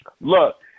look